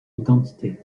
identité